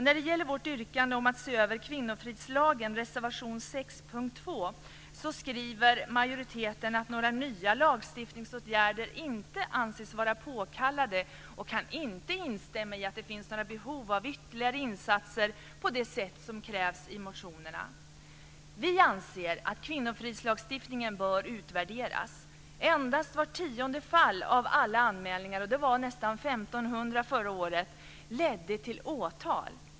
När det gäller vårt yrkande om att se över kvinnofridslagen, reservation 6 under punkt 2, skriver majoriteten att några nya lagstiftningsåtgärder inte anses vara påkallade. Man kan inte instämma i att det finns några behov av ytterligare insatser på det sätt som krävs i motionerna. Vi anser att kvinnofridslagstiftningen bör utvärderas. Endast var tionde av alla anmälningar, och det var nästan 1 500 förra året, ledde till åtal.